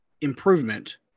improvement